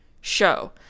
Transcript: show